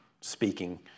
speaking